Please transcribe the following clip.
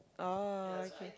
oh okay